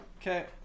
Okay